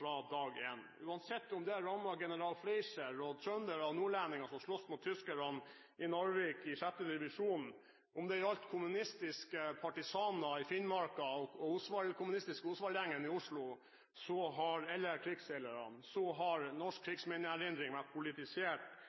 fra dag én. Uansett om det har rammet general Fleischer og trøndere og nordlendinger som sloss mot tyskerne i Narvik i 6. divisjon, om det har gjeldt kommunistisk partisaner i Finnmark, den kommunistiske Osvald-gjengen i Oslo eller krigsseilerne, har norsk krigsminneerindring vært politisert